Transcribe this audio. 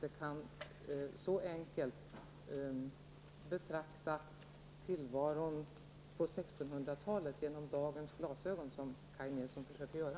Vi kan inte på detta enkla sätt betrakta tillvaron på 1600-talet genom dagens glasögon, vilket Kaj Nilsson försöker göra.